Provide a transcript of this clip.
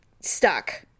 stuck